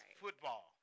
football